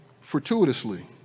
fortuitously